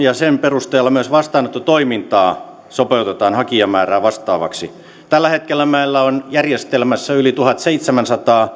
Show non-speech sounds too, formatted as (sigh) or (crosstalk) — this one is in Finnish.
(unintelligible) ja sen perusteella myös vastaanottotoimintaa sopeutetaan hakijamäärää vastaavaksi tällä hetkellä meillä on järjestelmässä yli tuhannenseitsemänsadan